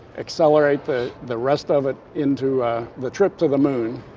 accelerate the the rest of it into the trip to the moon.